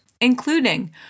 including